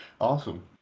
awesome